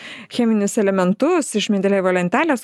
cheminius elementus iš mendelejevo lentelės